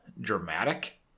dramatic